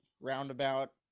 roundabout